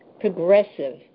progressive